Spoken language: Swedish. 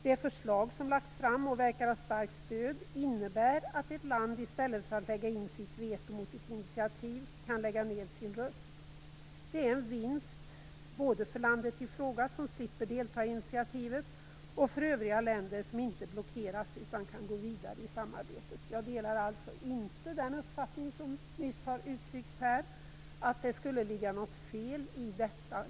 Det förslag som har lagts fram, och som verkar ha starkt stöd, innebär att ett land i stället för att lägga in sitt veto mot ett initiativ kan lägga ned sin röst. Det är en vinst både för landet i fråga, som slipper att delta i initiativet, och för övriga länder, som inte blockeras utan som kan gå vidare i samarbetet. Jag delar alltså inte den uppfattning som nyss uttrycktes här att det skulle ligga något fel i detta.